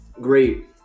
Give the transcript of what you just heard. great